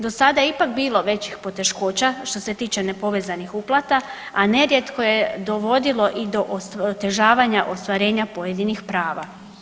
Do sada je ipak bilo većih poteškoća što se tiče nepovezanih uplata, a nerijetko je dovodilo i do otežavanja ostvarenja pojedinih prava.